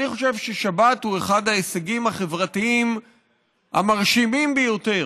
אני חושב ששבת היא אחד ההישגים החברתיים המרשימים ביותר